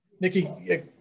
Nikki